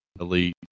Elite